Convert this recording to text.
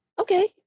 okay